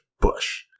Bush